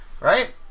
right